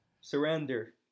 Surrender